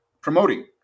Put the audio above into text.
promoting